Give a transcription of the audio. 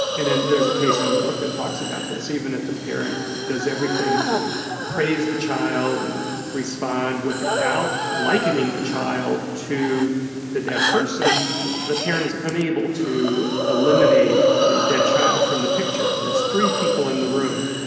and there's a case in the book that talks about this even if the parent does everything to praise the child and respond without likening the child to the dead person, the the parent is unable to eliminate the dead child from the picture. there's three people in the room,